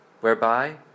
whereby